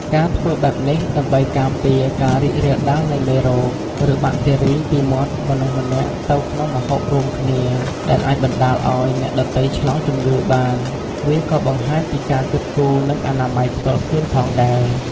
ការធ្វើបែបនេះដើម្បីការពារការរីករាលដាលនៃមេរោគ ឬបាក់តេរីពីមាត់មនុស្សម្នាក់ទៅក្នុងម្ហូបរួមគ្នា ដែលអាចបណ្តាលឲ្យអ្នកដទៃឆ្លងជំងឺបាន វាក៏បង្ហាញពីការគិតគូរនិងអនាម័យផ្ទាល់ខ្លួនផងដែរ។